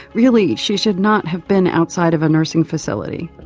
really she should not have been outside of a nursing facility.